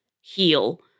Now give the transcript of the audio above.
heal